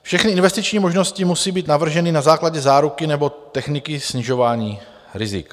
Všechny investiční možnosti musí být navrženy na základě záruky nebo techniky snižování rizik.